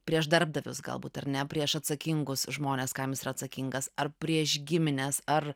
prieš darbdavius galbūt ar ne prieš atsakingus žmones kam jis yra atsakingas ar prieš gimines ar